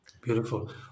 beautiful